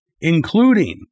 including